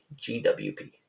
GWP